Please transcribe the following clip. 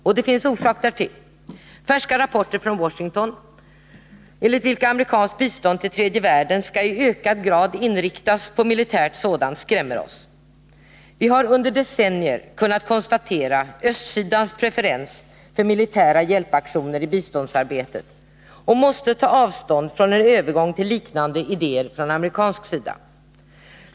Och det finns orsak därtill. tredje världen i ökad utsträckning skall inriktas på militärt sådant, skrämmer oss. Vi har under decennier kunnat konstatera östsidans preferens för militära hjälpaktioner i biståndsarbetet och måste ta avstånd från en övergång till liknande idéer på amerikansk sida.